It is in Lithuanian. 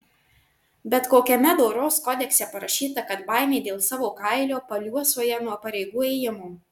bet kokiame doros kodekse parašyta kad baimė dėl savo kailio paliuosuoja nuo pareigų ėjimo